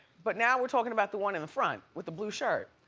but now we're talking about the one in the front with the blue shirt.